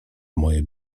moje